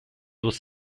was